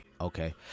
Okay